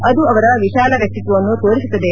ಅದು ಅವರ ವಿಶಾಲ ವ್ಯಕ್ತಿತ್ವವನ್ನು ತೋರಿಸುತ್ತದೆ